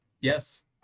Yes